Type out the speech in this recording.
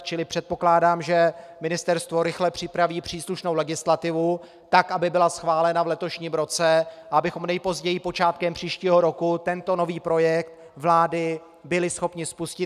Čili předpokládám, že ministerstvo rychle připraví příslušnou legislativu tak, aby byla schválena v letošním roce, abychom nejpozději počátkem příštího roku tento nový projekt vlády byli schopni spustit.